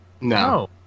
No